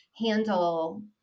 handle